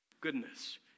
goodness